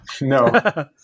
No